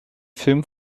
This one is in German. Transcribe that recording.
film